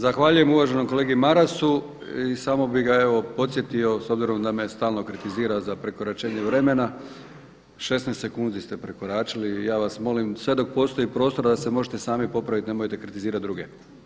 Zahvaljujem uvaženom kolegi Marasu i samo bi ga evo podsjetio s obzirom da me stalno kritizira za prekoračenje vremena 16 sekundi ste prekoračili i ja vas molim sve dok postoji prostora da se možete sami popraviti nemojte kritizirati druge.